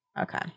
Okay